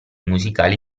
musicali